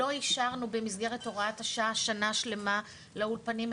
לא אישרנו במסגרת הוראת השעה שנה שלימה לאולפנים,